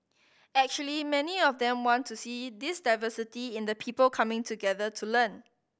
actually many of them want to see this diversity in the people coming together to learn